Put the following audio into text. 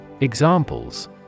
Examples